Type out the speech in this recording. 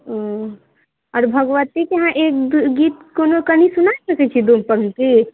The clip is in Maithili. आओर भगवतीके अहाँ एक गीत कोनो कनी सुना सकै छी दू पंक्ति